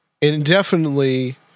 indefinitely